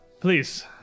Please